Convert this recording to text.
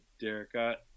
Derek